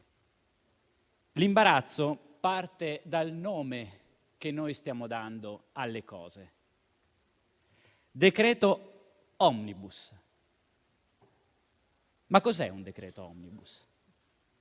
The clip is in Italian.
L'imbarazzo parte dal nome che noi stiamo dando alle cose: decreto *omnibus.* Quella di decreto *omnibus*